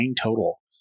total